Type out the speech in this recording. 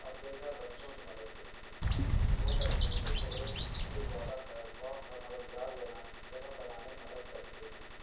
اور بے گھر بچوں کی مدد کرتے ہیں وہ کمیونٹی کو ایک سے زیادہ خیرخواہ اور مددگار جگہ جگہ بنانے میں مدد کرتے ہیں